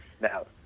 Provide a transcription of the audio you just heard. Now